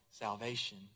salvation